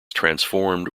transformed